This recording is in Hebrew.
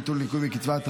ביטול ניכוי מקצבה),